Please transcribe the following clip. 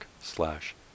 slash